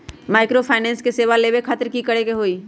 Microfinance के सेवा लेबे खातीर की करे के होई?